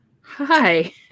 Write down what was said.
Hi